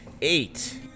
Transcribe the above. Eight